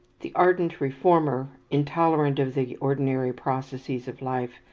the ardent reformer, intolerant of the ordinary processes of life,